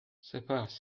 سپس